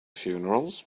funerals